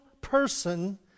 person